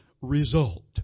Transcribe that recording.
result